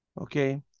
Okay